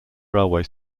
railway